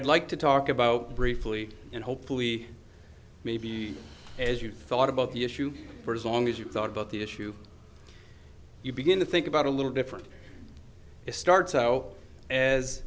i'd like to talk about briefly and hopefully maybe as you thought about the issue for as long as you thought about the issue you begin to think about a little different is starts out as